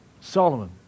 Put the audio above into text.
Solomon